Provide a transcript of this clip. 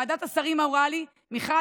ועדת השרים אמרה לי: מיכל,